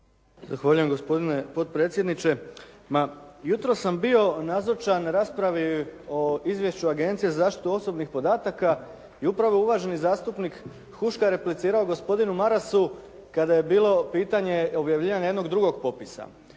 Zahvaljujem gospodine potpredsjedniče. Jutros sam bio nazočan raspravi o Izvješću Agencije za zaštitu osobnih podataka i upravo uvaženi zastupnik Huška je replicirao gospodinu Marasu kada je bilo pitanje objavljivanja jednog drugog popisa,